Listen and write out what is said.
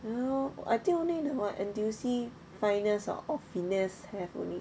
ya lor I think only the what N_T_U_C pioneers ah or finest have only